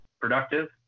productive